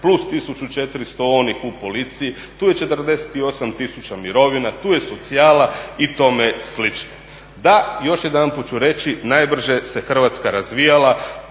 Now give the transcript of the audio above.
plus 1400 onih u policiji. Tu je 48 000 mirovina, tu je socijala i tome slično. Da, još jedanput ću reći, najbrže se Hrvatska razvijala